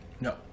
No